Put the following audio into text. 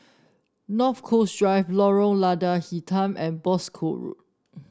North Coast Drive Lorong Lada Hitam and Boscombe Road